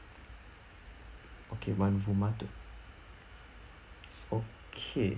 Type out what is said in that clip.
okay one room ah two okay